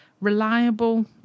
reliable